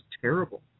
terrible